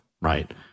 right